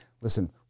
listen